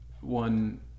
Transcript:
one